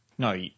No